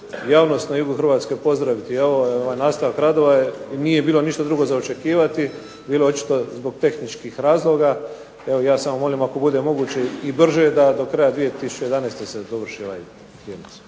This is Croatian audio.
javnost na jugu Hrvatske pozdraviti ovo, ovaj nastavak rada jer nije bilo ništa drugo za očekivati, bilo je očito zbog tehničkih razloga. Evo ja samo molim ako bude moguće i brže da do kraja 2011. se dovrši ova dionica.